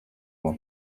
ngo